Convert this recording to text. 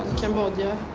cambodia?